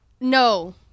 No